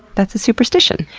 that's a superstition.